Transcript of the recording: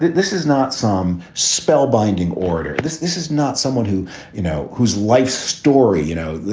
this is not some spellbinding order. this this is not someone who you know, whose life story, you know,